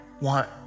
want